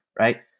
Right